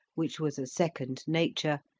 which was a second nature,